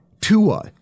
Tua